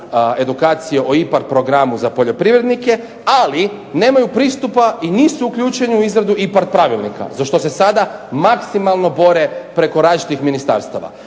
edukacije o IPARD programu za poljoprivrednike, ali nemaju pristupa i nisu uključeni u izradu IPARD pravilnika za što se sada maksimalno bore preko različitih ministarstava.